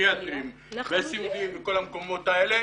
הפסיכיאטריים והסיעודיים וכל המקומות האלה,